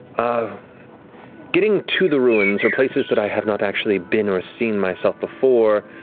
um getting to the ruins, or places that i have not actually been or seen myself before,